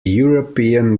european